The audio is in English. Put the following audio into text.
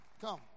Come